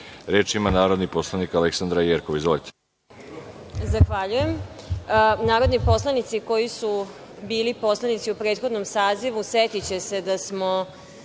Jerkov. Izvolite. **Aleksandra Jerkov** Zahvaljujem. Narodni poslanici koji su bili poslanici u prethodnom sazivu setiće se da smo